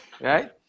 right